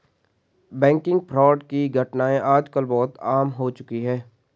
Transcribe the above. banking fraud की घटनाएं आज कल बहुत आम हो चुकी है